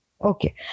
Okay